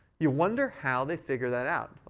you wonder how they figured that out.